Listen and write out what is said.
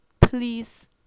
please